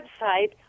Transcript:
website